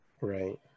Right